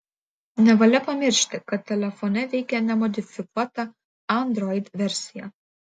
nevalia pamiršti kad telefone veikia nemodifikuota android versija